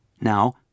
Now